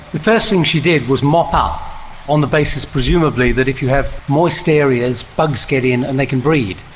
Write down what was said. first thing she did was mop up on the basis presumably that if you have moist areas, bugs get in and they can breed.